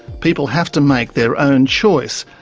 people have to make their own choice,